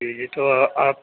جی جی تو آپ